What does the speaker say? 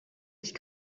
nicht